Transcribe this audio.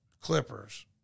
clippers